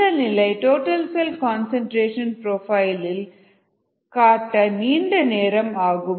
இந்த நிலை total cell concentration profile இல் காட்ட நீண்ட நேரம் ஆகும்